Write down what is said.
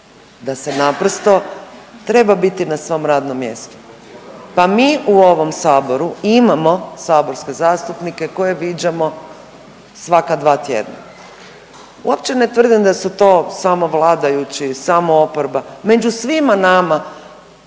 da se naprosto treba biti na svom radnom mjestu. Pa mi u ovom Saboru imamo saborske zastupnike koje viđamo svaka 2 tjedna. Uopće ne tvrdim da su to samo vladajući, samo oporba. Među svima nama